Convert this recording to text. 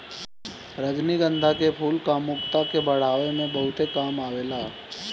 रजनीगंधा के फूल कामुकता के बढ़ावे में बहुते काम आवेला